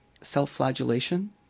self-flagellation